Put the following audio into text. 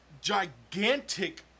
gigantic